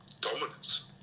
dominance